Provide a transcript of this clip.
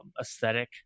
aesthetic